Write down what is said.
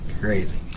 crazy